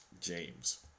James